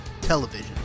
Television